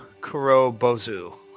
Kurobozu